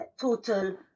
total